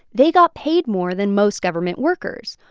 they got paid more than most government workers.